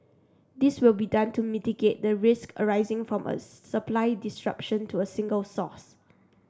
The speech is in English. this will be done to mitigate the risks arising from a supply disruption to a single source